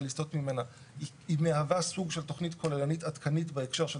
היא מהווה סוג של תכנית כוללנית עדכנית בהקשר של